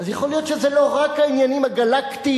אז יכול להיות שלא רק העניינים הגלקטיים